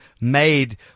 made